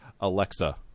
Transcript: Alexa